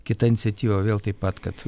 kita iniciatyva vėl taip pat kad